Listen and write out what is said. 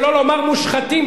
שלא לומר מושחתים,